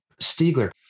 Stiegler